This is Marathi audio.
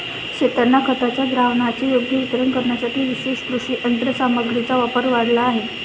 शेतांना खताच्या द्रावणाचे योग्य वितरण करण्यासाठी विशेष कृषी यंत्रसामग्रीचा वापर वाढला आहे